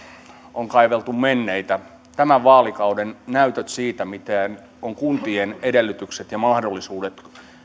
on kaiveltu menneitä tämän vaalikauden näytöissä siitä miten on kuntien edellytykset ja mahdollisuudet